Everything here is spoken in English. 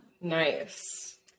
Nice